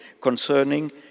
concerning